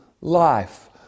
life